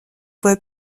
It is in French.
voie